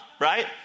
right